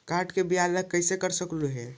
Card के block कैसे कर सकली हे?